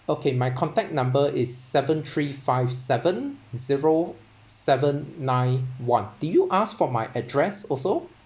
okay my contact number is seven three five seven zero seven nine one did you ask for my address also